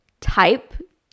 type